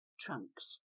trunks